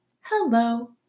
hello